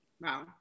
Wow